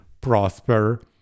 prosper